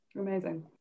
Amazing